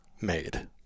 made